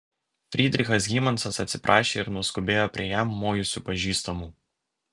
frydrichas hymansas atsiprašė ir nuskubėjo prie jam mojusių pažįstamų